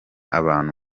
abantu